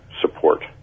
support